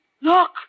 Look